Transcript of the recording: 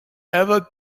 ever